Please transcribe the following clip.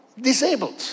disabled